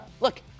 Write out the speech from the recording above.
look